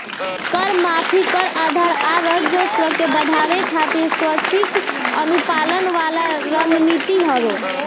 कर माफी, कर आधार आ राजस्व के बढ़ावे खातिर स्वैक्षिक अनुपालन वाला रणनीति हवे